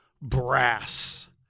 brass